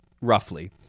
roughly